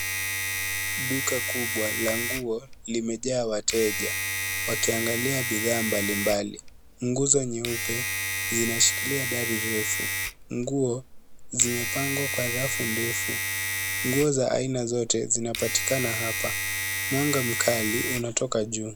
Duka kubwa la nguo limejaa wateja, wakiangalia bidhaa mbalimbali. Nguzo nyeupe zinashikilia dari refu. Nguo zimepangwa kwa rafu ndefu. Nguo za aina zote zinapatikana hapa. Mwanga mkali unatoka juu.